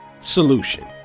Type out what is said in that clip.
solution